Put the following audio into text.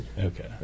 Okay